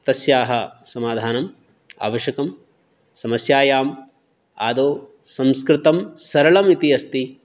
तस्याः समाधानम् आवश्यकं समस्यायाम् आदौ संस्कृतं सरलमिति अस्ति